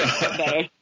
better